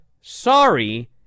sorry